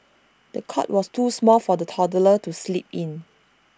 the cot was too small for the toddler to sleep in